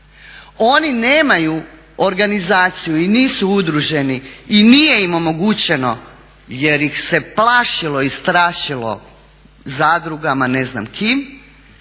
Oni nemaju organizaciju i nisu udruženi i nije im omogućeno jer ih se plašilo i strašilo zadrugama ne znam kim